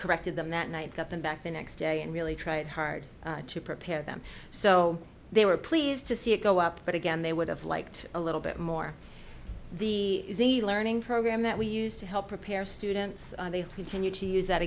corrected them that night got them back the next day and really tried hard to prepare them so they were pleased to see it go up but again they would have liked a little bit more the learning program that we use to help prepare students continue to use that